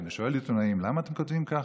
אני שואל עיתונאים: למה אתם כותבים ככה?